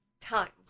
times